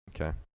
Okay